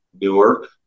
Newark